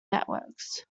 networks